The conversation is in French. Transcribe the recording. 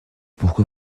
pourquoi